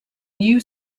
new